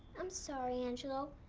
i'm sorry, angelo.